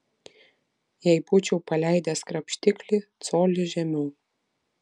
jei būčiau paleidęs krapštiklį coliu žemiau